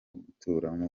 guturamo